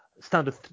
standard